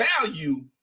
value